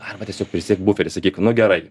arba tiesiog prisidėk buferį sakyk nu gerai